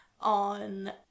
on